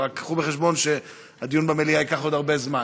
רק קחו בחשבון שהדיון במליאה יהיה עוד הרבה זמן.